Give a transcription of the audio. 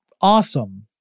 awesome